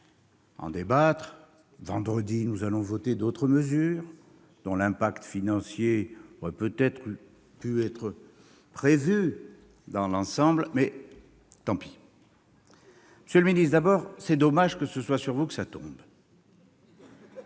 en débattre. Vendredi, nous allons voter d'autres mesures, dont l'impact financier aurait peut-être pu être prévu dans l'ensemble, mais tant pis ... Monsieur le secrétaire d'État, c'est dommage, franchement, que cela tombe